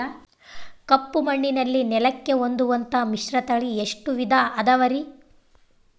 ಕಪ್ಪುಮಣ್ಣಿನ ನೆಲಕ್ಕೆ ಹೊಂದುವಂಥ ಮಿಶ್ರತಳಿ ಎಷ್ಟು ವಿಧ ಅದವರಿ?